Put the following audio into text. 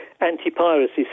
anti-piracy